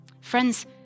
Friends